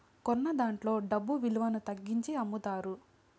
కొన్నదాంట్లో డబ్బు విలువను తగ్గించి అమ్ముతారు